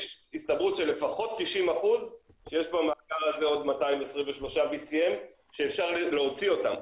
יש הסתברות של לפחות 90% שיש במאגר הזה עוד 223 BCM שאפשר להוציא אותם.